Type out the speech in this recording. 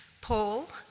Paul